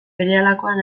berehalakoan